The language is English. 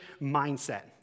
mindset